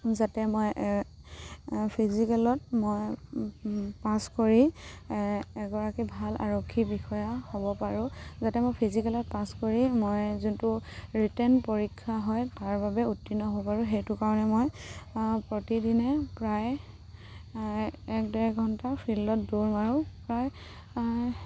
যাতে মই ফিজিকেলত মই পাছ কৰি এগৰাকী ভাল আৰক্ষী বিষয়া হ'ব পাৰোঁ যাতে মই ফিজিকেলত পাছ কৰি মই যোনটো ৰিটেন পৰীক্ষা হয় তাৰ বাবে উত্তীৰ্ণ হ'ব পাৰোঁ সেইটো কাৰণে মই প্ৰতিদিনে প্ৰায় এক ডেৰ ঘণ্টা ফিল্ডত দৌৰ মাৰোঁ প্ৰায়